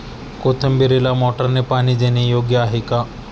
कोथिंबीरीला मोटारने पाणी देणे योग्य आहे का?